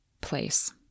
place